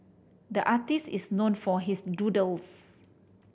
the artist is known for his doodles